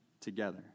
together